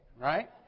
right